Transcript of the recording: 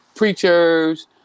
preachers